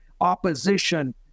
opposition